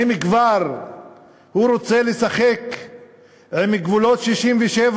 אם כבר הוא רוצה לשחק עם גבולות 67',